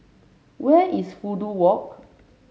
where is Fudu Walk